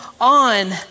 on